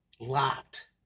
locked